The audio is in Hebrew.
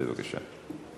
בבקשה.